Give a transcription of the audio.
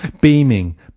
Beaming